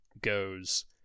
goes